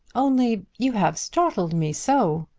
only you have startled me so.